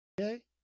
Okay